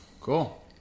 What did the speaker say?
Cool